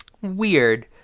Weird